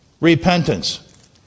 repentance